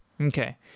Okay